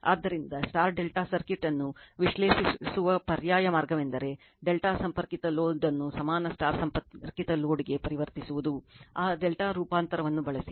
ಆದ್ದರಿಂದ ∆ ಸರ್ಕ್ಯೂಟ್ ಅನ್ನು ವಿಶ್ಲೇಷಿಸುವ ಪರ್ಯಾಯ ಮಾರ್ಗವೆಂದರೆ ∆ ಸಂಪರ್ಕಿತ ಲೋಡ್ ಅನ್ನು ಸಮಾನ ಸಂಪರ್ಕಿತ ಲೋಡ್ಗೆ ಪರಿವರ್ತಿಸುವುದು ಆ ∆ ರೂಪಾಂತರವನ್ನು ಬಳಸಿ